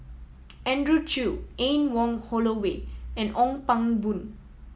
Andrew Chew Anne Wong Holloway and Ong Pang Boon